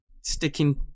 sticking